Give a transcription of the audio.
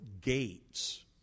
gates